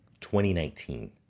2019